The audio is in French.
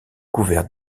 couvert